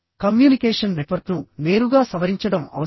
communication నెట్వర్క్ను నేరుగా సవరించడం అవసరం